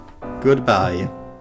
Goodbye